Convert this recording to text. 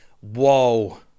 Whoa